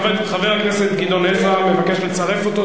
חבר הכנסת גדעון עזרא מבקש לצרף אותו,